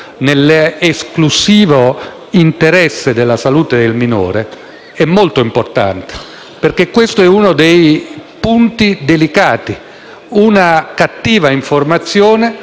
è molto importante. Questo, infatti, è uno dei punti delicati. Una cattiva informazione potrebbe causare una forte